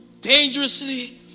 Dangerously